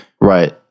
right